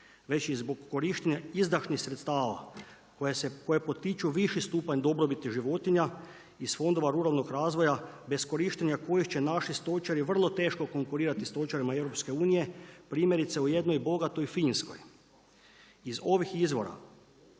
već i zbog korištenja izdahnih sredstava koje potiču viši stupanj dobrobiti životinja iz fondova ruralnog razvoja bez korištenja koje će naši stočari vrlo teško konkurirati stočarima EU-a, primjerice u jednoj bogatoj Finskoj, iz ovih izvora,